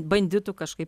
bandytų kažkaip